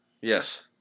Yes